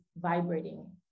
vibrating